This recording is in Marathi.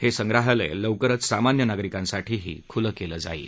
हे संग्रहालय लवकरच सामान्य नागरिकांसाठीही खुलं केलं जाईल